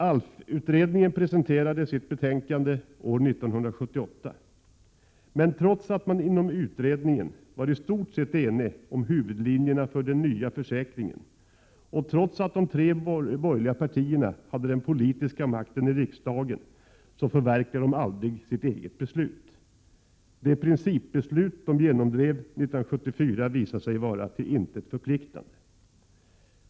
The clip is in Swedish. ALF-utredningen presenterade sitt betänkande år 1978, men trots att man inom utredningen var i stort sett enig om huvudlinjerna för den nya försäkringen och trots att de tre borgerliga partierna hade den politiska makten i riksdagen, förverkligade de aldrig sitt eget beslut. Det principbeslut de genom drev år 1974 visade sig vara till intet förpliktigande.